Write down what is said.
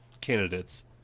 candidates